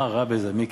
מה רע בזה, מיקי?